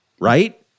right